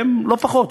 והם, לא פחות.